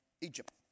Egypt